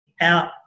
out